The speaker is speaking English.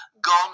Gone